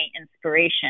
inspiration